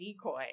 decoy